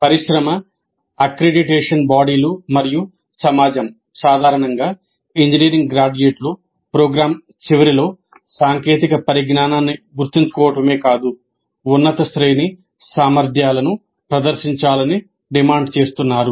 పరిశ్రమ అక్రిడిటేషన్ బాడీలు మరియు సమాజం సాధారణంగా ఇంజనీరింగ్ గ్రాడ్యుయేట్లు ప్రోగ్రాం చివరిలో సాంకేతిక పరిజ్ఞానాన్ని గుర్తుంచుకోవడమే కాదు ఉన్నత శ్రేణి సామర్థ్యాలను ప్రదర్శించాలని డిమాండ్ చేస్తున్నారు